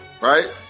right